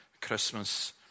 Christmas